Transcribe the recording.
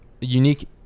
unique